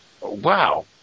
Wow